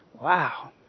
Wow